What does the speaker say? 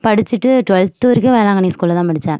படிச்சிவிட்டு ட்வெல்த்து வரைக்கும் வேளாங்கண்ணி ஸ்கூல்ல தான் படிச்சேன்